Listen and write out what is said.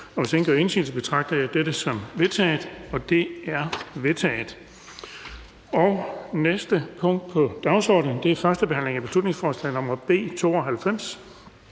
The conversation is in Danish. Hvis ingen gør indsigelse, betragter jeg dette som vedtaget. Det er vedtaget. --- Det næste punkt på dagsordenen er: 2) 1. behandling af beslutningsforslag nr. B 92: